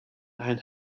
and